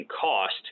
cost